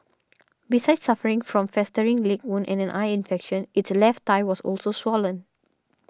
besides suffering from festering leg wound and an eye infection its left thigh was also swollen